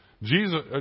Jesus